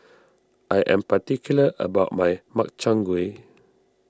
I am particular about my Makchang Gui